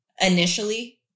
initially